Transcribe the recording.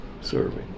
serving